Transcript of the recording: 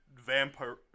vampire